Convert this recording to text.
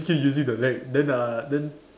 keep using the leg then uh then